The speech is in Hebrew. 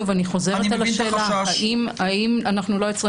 אני חוזרת על השאלה האם אנחנו לא יוצרים